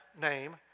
name